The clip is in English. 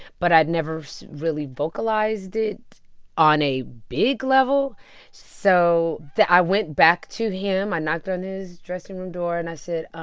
but i'd never really vocalized it on a big level so i went back to him. i knocked on his dressing room door. and i said